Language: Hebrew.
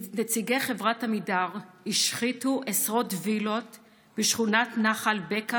נציגי חברת עמידר השחיתו עשרות וילות בשכונת נחל בקע